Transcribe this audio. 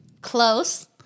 Close